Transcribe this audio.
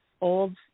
old